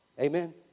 Amen